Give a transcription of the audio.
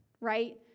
right